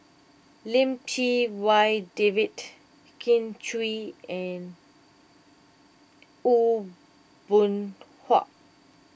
Lim Chee Wai David Kin Chui and Aw Boon Haw